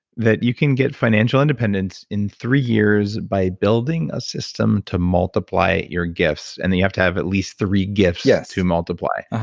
that you can get financial independence in three years by building a system to multiply your gifts, and then you have to have at least three gifts yeah to multiply.